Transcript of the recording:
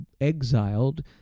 exiled